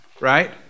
right